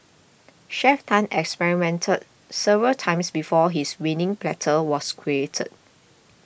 Chef Tan experimented several times before his winning platter was created